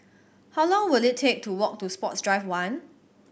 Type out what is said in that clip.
how long will it take to walk to Sports Drive One